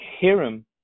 Hiram